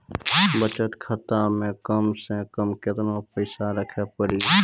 बचत खाता मे कम से कम केतना पैसा रखे पड़ी?